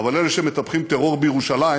אבל אלה שמטפחים טרור בירושלים,